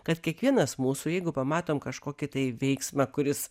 kad kiekvienas mūsų jeigu pamatom kažkokį tai veiksmą kuris